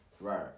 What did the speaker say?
Right